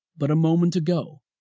but a moment ago,